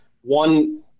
One